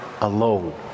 alone